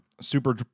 Super